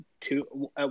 two –